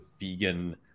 vegan